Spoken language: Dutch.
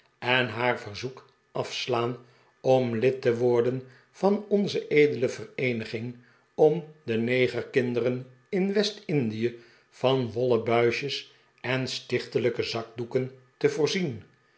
en haar verzoek afslaan om lid te worden van onze edele vereeniging om de negerkinderen in west-indie van wollen buisjes en stichtelijke zakdoeken te voorzien